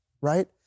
right